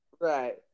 Right